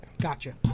Gotcha